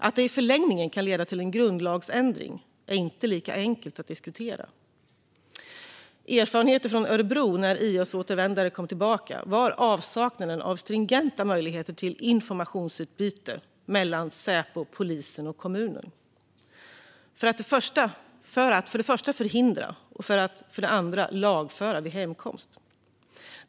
Att det i förlängningen kan leda till en grundlagsändring är inte lika enkelt att diskutera. Erfarenheten från Örebro när IS-återvändare kom tillbaka var avsaknaden av stringenta möjligheter till informationsutbyte mellan Säpo, polisen och kommunen för att för det första förhindra, för det andra lagföra vid hemkomst.